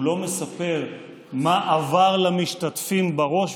הוא לא מספר מה עבר למשתתפים בראש,